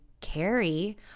carry